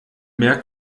mehr